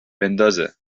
بندازه